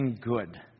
good